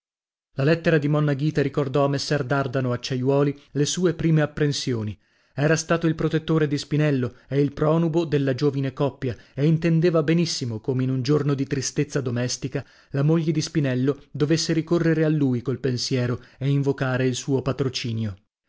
la lettera di monna ghita ricordò a messer dardano acciaiuoli le sue prime apprensioni era stato il protettore di spinello e il pronubo della giovine coppia e intendeva benissimo come in un giorno di tristezza domestica la moglie di spinello dovesse ricorrere a lui col pensiero e invocare il suo patrocinio